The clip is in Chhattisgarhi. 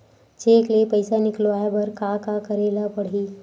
चेक ले पईसा निकलवाय बर का का करे ल पड़हि?